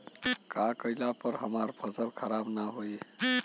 का कइला पर हमार फसल खराब ना होयी?